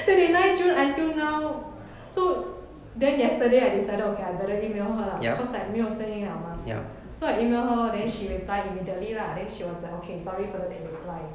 twenty nine june until now so then yesterday I decided okay I better email her lah cause like 没有声音了嘛 so I email her lor then she reply immediately lah then she was like okay sorry for the late reply